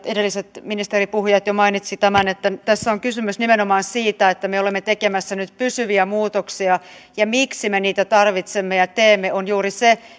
edelliset ministeripuhujat jo mainitsivat tämän että tässä on kysymys nimenomaan siitä että me olemme tekemässä nyt pysyviä muutoksia ja miksi me niitä tarvitsemme ja teemme niin juuri siksi